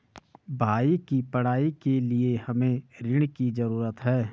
भाई की पढ़ाई के लिए हमे ऋण की जरूरत है